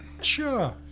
Sure